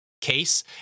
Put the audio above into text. case